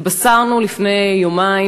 התבשרנו לפני יומיים,